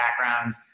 backgrounds